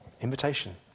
Invitation